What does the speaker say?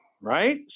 right